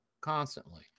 constantly